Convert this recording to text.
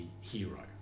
hero